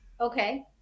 Okay